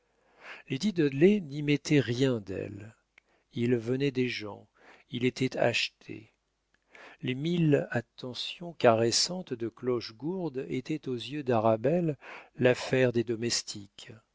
lady dudley n'y mettait rien d'elle il venait des gens il était acheté les mille attentions caressantes de clochegourde étaient aux yeux d'arabelle l'affaire des domestiques